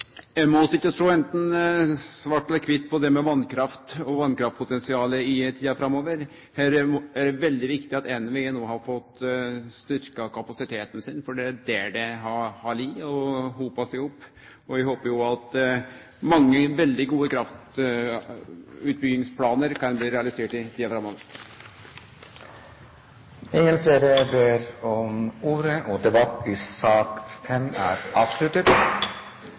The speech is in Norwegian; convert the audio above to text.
i tida framover. Det er veldig viktig at NVE no har fått styrkt kapasiteten sin, for det er der det har hopa seg opp. Og eg håper at mange veldig gode kraftutbyggingsplanar kan bli realiserte i tida framover. Flere har ikke bedt om ordet til sak nr. 5. Stortinget går til votering. I sakene nr. 1 og 2 foreligger det ikke noe voteringstema. Under debatten er det satt fram to forslag. Det er